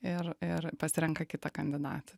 ir ir pasirenka kitą kandidatą